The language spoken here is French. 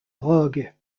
drogue